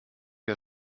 der